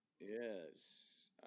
Yes